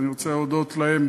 ואני רוצה להודות להם